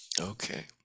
okay